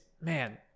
man